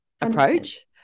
approach